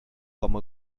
com